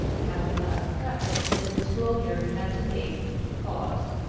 having thus prefaced the disclosure he had to make, he paused.